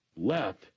left